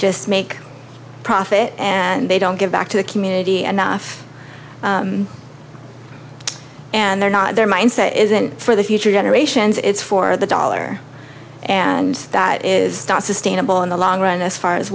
just make a profit and they don't give back to the community and off and they're not there mindset isn't for the future generations it's for the dollar and that is not sustainable in the long run as far as